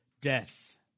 death